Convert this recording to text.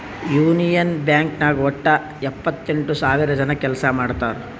union Bank ನಾಗ್ ವಟ್ಟ ಎಪ್ಪತ್ತೆಂಟು ಸಾವಿರ ಜನ ಕೆಲ್ಸಾ ಮಾಡ್ತಾರ್